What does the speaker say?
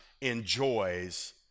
enjoys